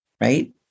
Right